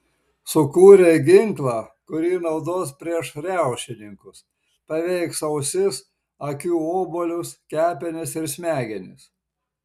sukūrė ginklą kurį naudos prieš riaušininkus paveiks ausis akių obuolius kepenis ir smegenis